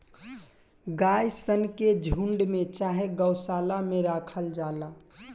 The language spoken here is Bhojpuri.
गाय सन के झुण्ड में चाहे गौशाला में राखल जाला